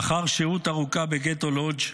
לאחר שהות ארוכה בגטו לודז',